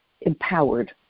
empowered